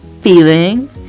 feeling